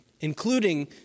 including